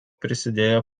prisidėjo